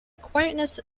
quietness